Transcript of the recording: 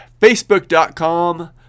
facebook.com